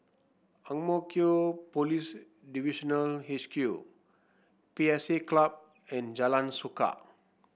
Ang Mo Kio Police Divisional H Q P S A Club and Jalan Suka